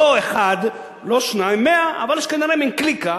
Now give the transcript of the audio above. לא אחד, לא שניים, 100. אבל יש כנראה מין קליקה